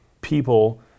people